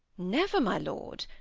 never, my lord.